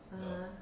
(uh huh)